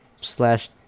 slash